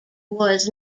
was